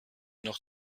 noch